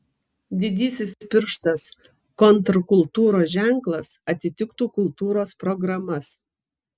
didysis pirštas kontrkultūros ženklas atitiktų kultūros programas